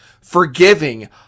forgiving